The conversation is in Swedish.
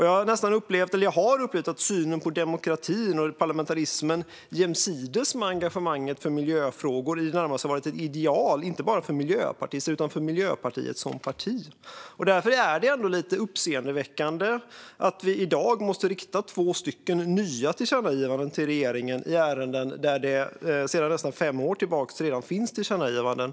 Jag har upplevt att synen på demokratin och parlamentarismen jämsides med engagemanget för miljöfrågor har varit i det närmaste ett ideal för inte bara miljöpartister utan också Miljöpartiet som parti. Därför är det lite uppseendeväckande att vi i dag måste rikta två nya tillkännagivanden till regeringen i ärenden där det sedan nästan fem år tillbaka redan finns tillkännagivanden.